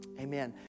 Amen